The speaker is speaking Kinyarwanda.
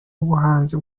ubuhanzi